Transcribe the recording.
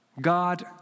God